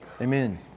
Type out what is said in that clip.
Amen